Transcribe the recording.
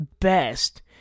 best